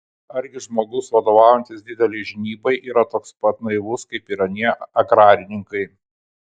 argi žmogus vadovaujantis didelei žinybai yra toks pat naivus kaip ir anie agrarininkai